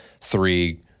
three